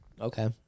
Okay